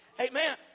Amen